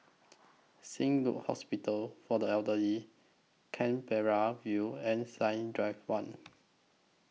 Saint Luke's Hospital For The Elderly Canberra View and Science Drive one